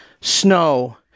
snow